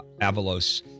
Avalos